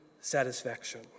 satisfaction